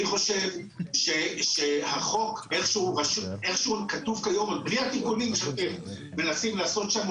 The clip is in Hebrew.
אני חושב שהחוק איך שהוא כתוב כיום עוד בלי התיקונים שמנסים לעשות שם,